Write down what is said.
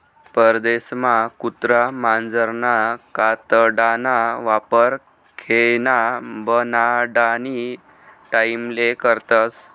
परदेसमा कुत्रा मांजरना कातडाना वापर खेयना बनाडानी टाईमले करतस